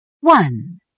One